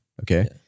okay